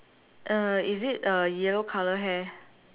uh is it a yellow colour hair